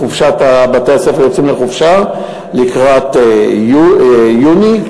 בתי-הספר יוצאים לחופשה לקראת יוני,